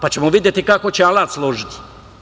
Pa ćemo videti kako će alat služiti.